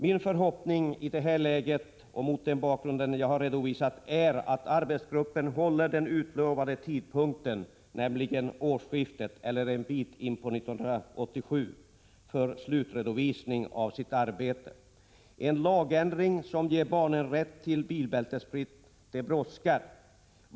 Min förhoppning i detta läge och mot den bakgrund jag har redovisat är att arbetsgruppen håller den utlovade tidpunkten, nämligen årsskiftet eller en bit in på 1987, för slutredovisning av sitt arbete. En lagändring som ger barnen rätt till bilbältesplikt brådskar.